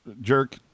jerk